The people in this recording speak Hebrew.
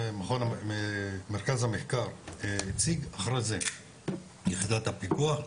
מרכז המחקר הציג, אחרי זה יחידת הפיקוח,